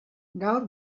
gaur